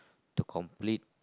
to complete